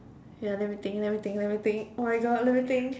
ya let me think let me think let me think oh my god let me think